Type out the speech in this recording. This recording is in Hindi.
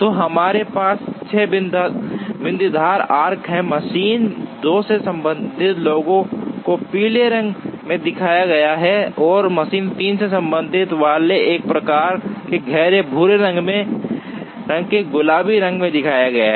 तो हमारे पास 6 बिंदीदार आर्क्स हैं मशीन 2 से संबंधित लोगों को पीले रंग में दिखाया गया है और मशीन 3 से संबंधित वाले एक प्रकार के गहरे भूरे रंग के गुलाबी रंग में दिखाए गए हैं